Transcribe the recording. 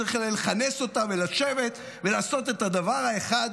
צריך לכנס אותה ולשבת ולעשות את הדבר האחד